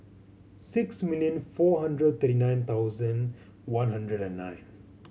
six million four hundred thirty nine thousand one hundred and nine